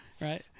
Right